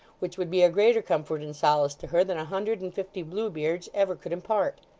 which would be a greater comfort and solace to her, than a hundred and fifty blue beards ever could impart.